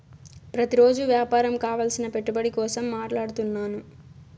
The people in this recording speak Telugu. ప్రతిరోజు వ్యాపారం కావలసిన పెట్టుబడి కోసం మాట్లాడుతున్నాను